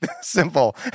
simple